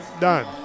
done